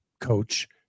coach